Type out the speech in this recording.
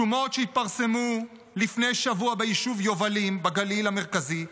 שומות שהתפרסמו לפני שבוע ביישוב יובלים בגליל המרכזי,